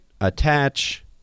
attach